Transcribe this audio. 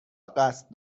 قصد